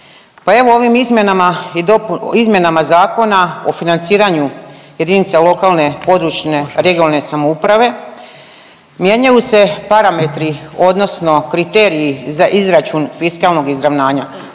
izmjenama Zakona o financiranju jedinica lokalne i područne (regionalne) samouprave mijenjaju se parametri odnosno kriteriji za izračun fiskalnog izravnanja,